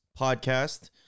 podcast